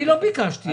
אני לא ביקשתי את זה.